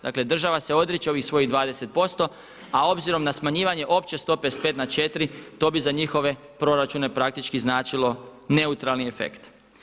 Dakle, država se odriče ovih svojih 20% a obzirom na smanjivanje opće stope sa 5 na 4 to bi za njihove proračune praktički značilo neutralni efekt.